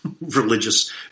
Religious